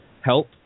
help